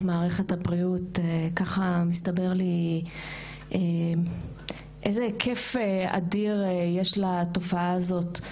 מערכת הבריאות כך מסתבר לי איזה היקף אדיר יש לתופעה הזאת.